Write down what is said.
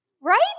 Right